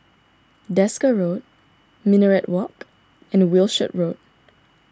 Desker Road Minaret Walk and Wishart Road